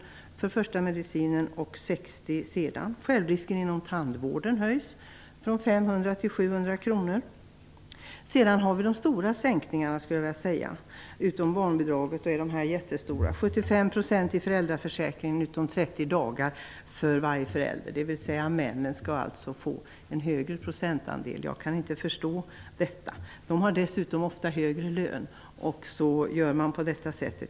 Detta kommer i kompletteringspropositionen. Självrisken inom tandvården höjs från 500 Sedan har vi de stora sänkningarna. Undantaget barnbidraget är de jättestora. Ersättningen blir 75 % av lönen i föräldraförsäkringen utom 30 dagar för varje förälder, dvs. att männen alltså skall få en högre procentandel. Jag kan inte förstå detta. De har dessutom ofta högre lön, och så gör man på detta sätt.